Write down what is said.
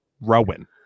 Rowan